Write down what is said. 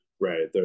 right